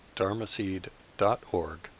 dharmaseed.org